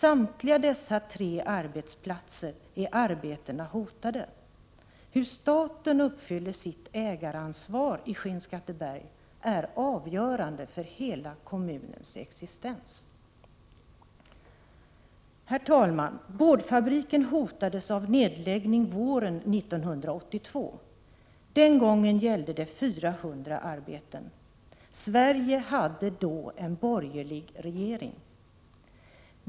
Vid samtliga dessa tre arbetsplatser är arbetena hotade. Hur staten uppfyller sitt ägaransvar i Skinnskatteberg är avgörande för kommunens hela existens. Herr talman! Boardfabriken hotades av nedläggning våren 1982. Den gången gällde det 400 arbeten. Sverige hade då en borgerlig regering.